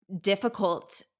difficult